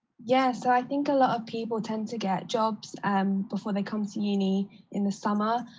yeah so i think a lot of people tend to get jobs um before they come to uni in the summer.